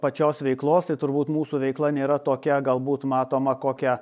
pačios veiklos tai turbūt mūsų veikla nėra tokia galbūt matoma kokią